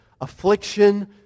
Affliction